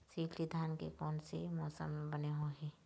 शिल्टी धान कोन से मौसम मे बने होही?